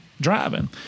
driving